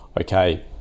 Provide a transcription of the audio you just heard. okay